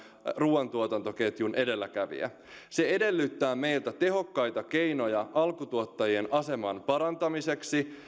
ruuan tuotantoketjun edelläkävijä se edellyttää meiltä tehokkaita keinoja alkutuottajien aseman parantamiseksi